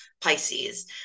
Pisces